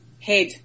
head